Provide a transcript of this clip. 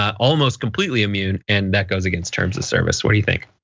almost completely i mean and that goes against terms of service. what do you think?